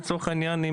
לצורך העניין,